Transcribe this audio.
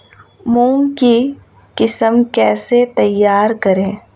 मूंग की किस्म कैसे तैयार करें?